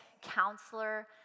counselor